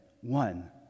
one